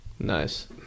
Nice